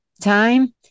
time